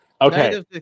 Okay